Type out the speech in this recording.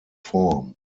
form